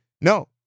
no